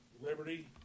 Liberty